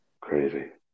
Crazy